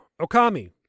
Okami